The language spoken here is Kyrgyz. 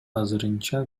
азырынча